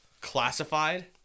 classified